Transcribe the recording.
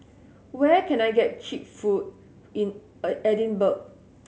where can I get cheap food in Edinburgh